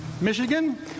Michigan